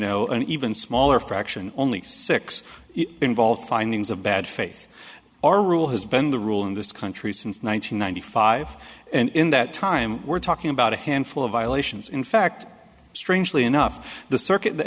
know an even smaller fraction only six involve findings of bad faith or rule has been the rule in this country since one thousand nine hundred five and in that time we're talking about a handful of violations in fact strangely enough the circuit that